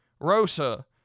Rosa